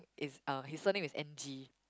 is uh his surname is N_G